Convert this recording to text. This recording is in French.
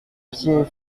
pied